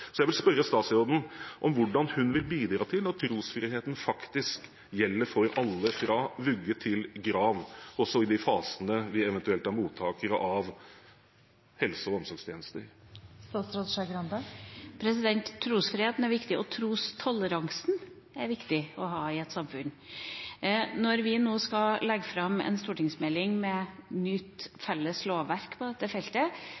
Jeg vil spørre statsråden hvordan hun vil bidra til at trosfriheten faktisk gjelder for alle fra vugge til grav, også i de fasene vi eventuelt er mottakere av helse- og omsorgstjenester. Trosfriheten er viktig, og trostoleransen er viktig å ha i et samfunn. Når vi nå skal legge fram en stortingsmelding med et nytt felles lovverk på dette feltet,